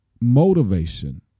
motivation